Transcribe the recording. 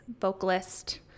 vocalist